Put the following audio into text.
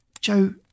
Joe